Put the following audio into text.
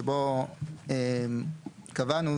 שבו קבענו,